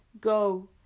Go